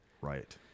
Right